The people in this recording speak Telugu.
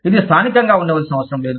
ఇది స్థానికంగా ఉండవలసిన అవసరం లేదు